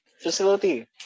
facility